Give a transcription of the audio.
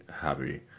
happy